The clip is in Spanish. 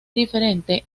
diferente